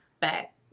back